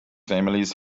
families